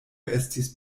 estis